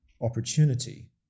opportunity